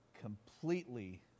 completely